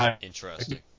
Interesting